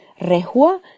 Rehua